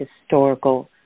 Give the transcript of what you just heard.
historical